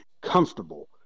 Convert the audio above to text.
comfortable